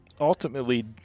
ultimately